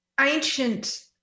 ancient